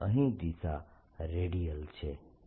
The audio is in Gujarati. Dfree D